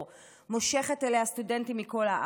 מושכת אליה סטודנטים מכל הארץ